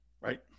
Right